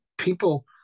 People